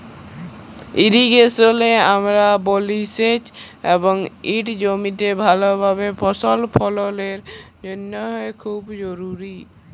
ইরিগেশলে আমরা বলি সেঁচ এবং ইট জমিতে ভালভাবে ফসল ফললের জ্যনহে খুব জরুরি